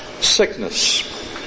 sickness